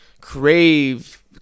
Crave